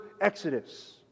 exodus